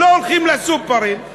לא הולכים לסופרים.